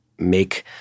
make